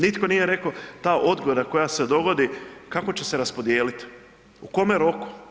Nitko nije rekao ta odgoda koja se dogodi kako će se raspodijeliti u kome roku?